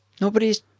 Nobody's